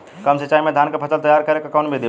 कम सिचाई में धान के फसल तैयार करे क कवन बिधि बा?